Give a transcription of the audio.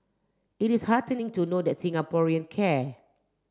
it is heartening to know that Singaporean care